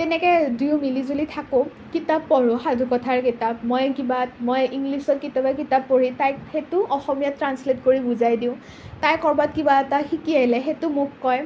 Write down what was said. তেনেকৈ দুয়ো মিলি জুলি থাকোঁ কিতাপ পঢ়োঁ সাধুকথাৰ কিতাপ মই কিবা মই ইংলিছৰ কেতিয়াবা কিতাপ পঢ়ি তাইক সেইটো অসমীয়াত ট্ৰাঞ্চলেট কৰি বুজাই দিওঁ তাই ক'ৰবাত কিবা এটা শিকি আহিলে সেইটো মোক কয়